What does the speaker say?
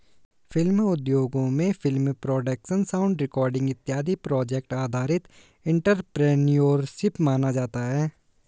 film उद्योगों में film production sound recording इत्यादि प्रोजेक्ट आधारित एंटरप्रेन्योरशिप माना जाता है